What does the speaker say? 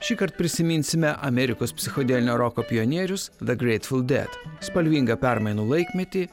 šįkart prisiminsime amerikos psichodelinio roko pionierius ve greitfaldat spalvingą permainų laikmetį